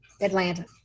Atlanta